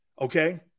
okay